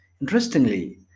interestingly